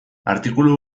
artikulu